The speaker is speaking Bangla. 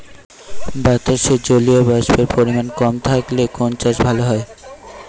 বাতাসে জলীয়বাষ্পের পরিমাণ কম থাকলে কোন চাষ ভালো হয়?